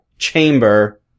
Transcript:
chamber